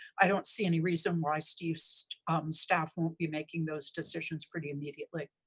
i don't see any reason why staff so um staff won't be making those decisions pretty immediately.